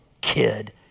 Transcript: kid